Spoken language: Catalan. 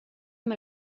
amb